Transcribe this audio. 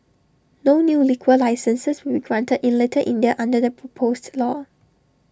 no new liquor licences will be granted in little India under the proposed law